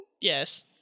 Yes